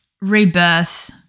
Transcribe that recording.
Rebirth